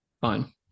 Fine